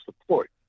support